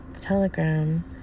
telegram